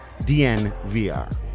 dnvr